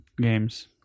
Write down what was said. games